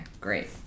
great